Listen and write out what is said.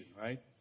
right